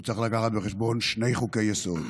הוא צריך להביא בחשבון שני חוקי-יסוד,